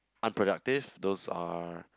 unproductive those are